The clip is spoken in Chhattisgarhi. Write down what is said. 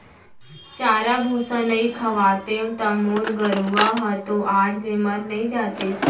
चारा भूसा नइ खवातेंव त मोर गरूवा ह तो आज ले मर नइ जातिस